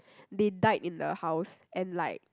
they died in the house and like